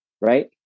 right